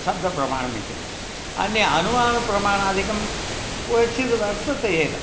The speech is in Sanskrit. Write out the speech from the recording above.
शब्दप्रमाणम् इति अन्य अनुमानप्रमाणादिकं क्वचिद् वर्तते एव